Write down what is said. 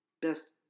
Best